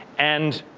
and,